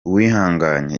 uwihanganye